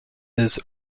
his